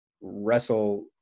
wrestle